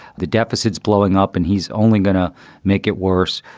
the deficit's blowing up and he's only going to make it worse.